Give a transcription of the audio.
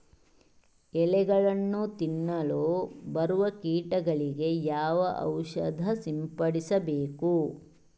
ಎಲೆಗಳನ್ನು ತಿನ್ನಲು ಬರುವ ಕೀಟಗಳಿಗೆ ಯಾವ ಔಷಧ ಸಿಂಪಡಿಸಬೇಕು?